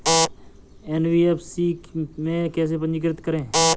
NBFC में कैसे पंजीकृत करें?